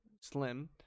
slim